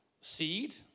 Seed